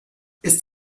ist